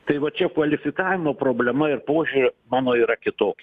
tai vat čia kvalifikavimo problema ir požiūris mano yra kitoks